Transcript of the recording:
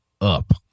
up